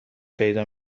پیدا